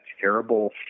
terrible